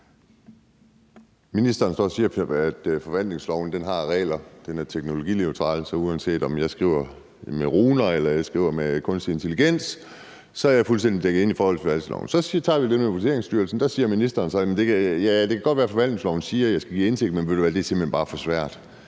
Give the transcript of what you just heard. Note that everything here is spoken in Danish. Ministeren står og siger, at forvaltningsloven er teknologineutral, så uanset om jeg skriver med runer eller jeg skriver med kunstig intelligens, er jeg fuldstændig dækket ind i forhold til forvaltningsloven. Så tager vi det med Vurderingsstyrelsen. Der siger ministeren så: Det kan godt være, at forvaltningsloven siger, at jeg skal give indsigt, men ved du hvad, det er simpelt hen bare for svært.